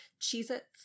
Cheez-Its